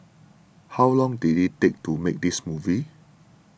how long did it take to make this movie